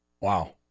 Wow